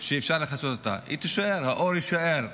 היא תישאר, האור יישאר,